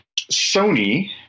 Sony